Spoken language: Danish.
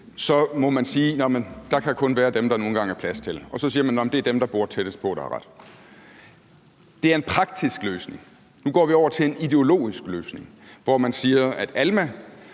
så må man sige, at der kun kan være dem, der nu engang er plads til – og så siger man, at det er dem, der bor tættest på, der har ret. Det er en praktisk løsning. Nu går vi over til en ideologisk løsning, hvor man siger, at Alma